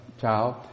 child